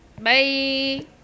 Bye